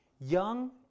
young